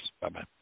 Bye-bye